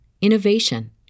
innovation